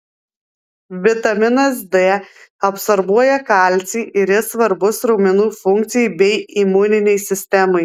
vitaminas d absorbuoja kalcį ir jis svarbus raumenų funkcijai bei imuninei sistemai